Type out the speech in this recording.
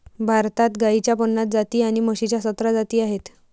भारतात गाईच्या पन्नास जाती आणि म्हशीच्या सतरा जाती आहेत